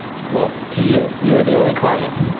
well, to you, you're the only client.